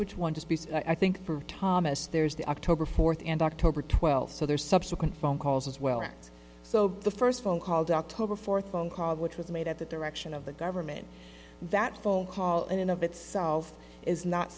which one i think thomas there's the october fourth and october twelfth so there's subsequent phone calls as well so the first phone called october fourth phone call which was made at the direction of the government that phone call in and of itself is not